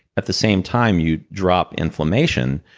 at the same time you drop inflammation,